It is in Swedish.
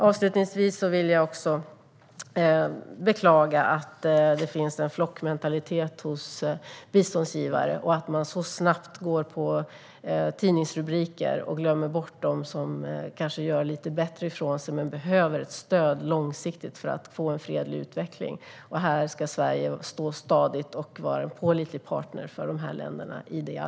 Avslutningsvis beklagar jag att det finns en flockmentalitet hos biståndsgivare och att man så snabbt går på tidningsrubriker och glömmer bort de som kanske gör lite bättre ifrån sig men behöver ett stöd långsiktigt för att få en fredlig utveckling. I det arbetet ska Sverige stå stadigt och vara en pålitlig partner för de här länderna.